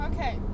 Okay